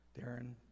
Darren